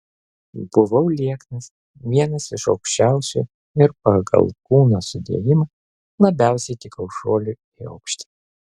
buvau lieknas vienas iš aukščiausių ir pagal kūno sudėjimą labiausiai tikau šuoliui į aukštį